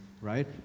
right